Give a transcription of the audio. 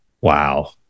Wow